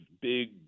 big